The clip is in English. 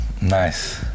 nice